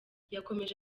yakomeje